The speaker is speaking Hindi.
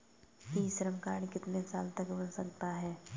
ई श्रम कार्ड कितने साल तक बन सकता है?